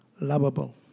lovable